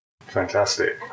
Fantastic